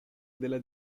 della